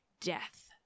death